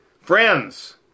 Friends